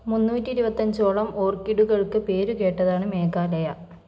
മുന്നൂറ്റി ഇരുപത്തഞ്ചോളം ഓർക്കിഡുകൾക്ക് പേരുകേട്ടതാണ് മേഘാലയ